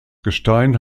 gestein